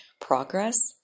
progress